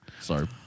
Sorry